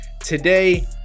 today